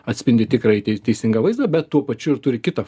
atspindi tikrąjį tei teisingą vaizdą bet tuo pačiu ir turi kitą